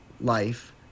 life